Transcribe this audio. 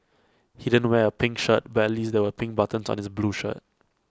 he didn't wear A pink shirt but at least there were pink buttons on his blue shirt